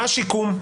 מה השיקום?